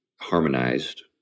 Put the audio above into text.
harmonized